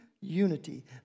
unity